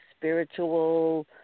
spiritual